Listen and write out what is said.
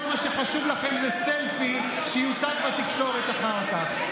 כל מה שחשוב לכם הוא סלפי שיוצג בתקשורת אחר כך,